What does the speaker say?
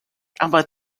about